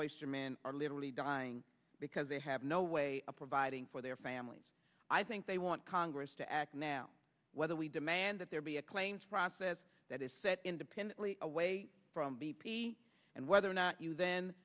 oyster men are literally dying because they have no way of providing for their families i think they want congress to act now whether we demand that there be a claims process that is set independently away from b p and whether or not you then